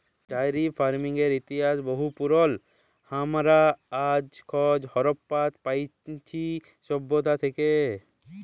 diary ফার্মিংয়ের ইতিহাস বহু পুরল, হামরা তার খজ হারাপ্পা পাইছি সভ্যতা থেক্যে